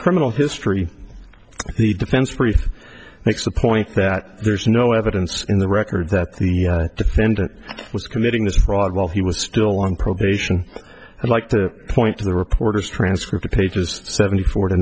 criminal history the defense theory makes the point that there's no evidence in the record that the defendant was committing this fraud while he was still on probation and like to point to the reporters transferred to pages seventy four to